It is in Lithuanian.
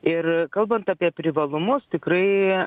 ir kalbant apie privalumus tikrai